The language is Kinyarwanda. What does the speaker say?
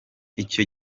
icyo